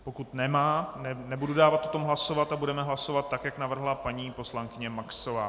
Pokud nemá, nebudu dávat k tomu hlasovat a budeme hlasovat tak, jak navrhla paní poslankyně Maxová.